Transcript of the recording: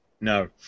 No